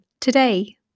today